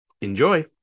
enjoy